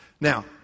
Now